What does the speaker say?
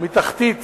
מתחתית